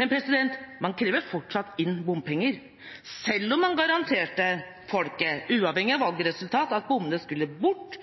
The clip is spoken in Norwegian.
Man krever fortsatt inn bompenger, selv om man garanterte folket, uavhengig av valgresultat, at bompengene skulle bort,